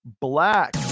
black